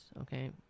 okay